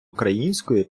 української